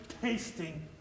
tasting